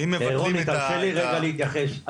רוני תרשה לי רגע להתייחס,